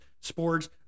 sports